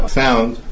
found